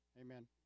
Amen